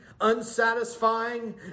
unsatisfying